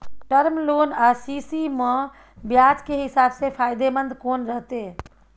Term loan आ CC म ब्याज के हिसाब से फायदेमंद कोन रहते?